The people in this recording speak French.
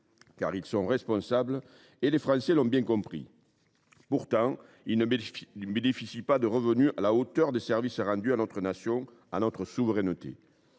car ils sont responsables – et les Français l’ont bien compris. Pourtant, ils ne bénéficient pas de revenus qui soient à la hauteur des services rendus à notre nation et à notre souveraineté.